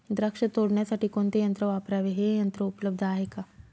द्राक्ष तोडण्यासाठी कोणते यंत्र वापरावे? हे यंत्र उपलब्ध आहे का?